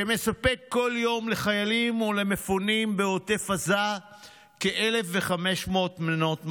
שמספק כל יום לחיילים ולמפונים בעוטף עזה כ-1,500 מנות מזון,